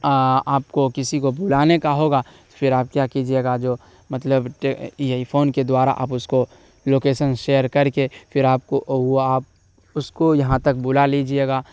آپ کو کسی کو بلانے کا ہوگا تو پھر آپ کیا کیجیے گا جو مطلب یہی فون کے دوارا اس کو لوکیسن شیئر کر کے پھر آپ کو وہ آپ اس کو یہاں تک بلا لیجیے گا